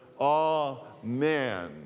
Amen